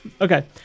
Okay